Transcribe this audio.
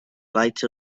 light